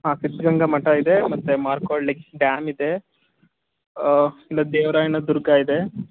ಹಾಂ ಸಿದ್ದಗಂಗಾ ಮಠ ಇದೆ ಮತ್ತು ಮಾರ್ಕೋಹಳ್ಳಿ ಡ್ಯಾಮ್ ಇದೆ ಇನ್ನು ದೇವರಾಯನದುರ್ಗ ಇದೆ